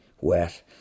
wet